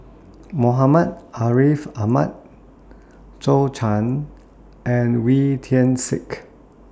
Muhammad Ariff Ahmad Zhou and Wee Tian Siak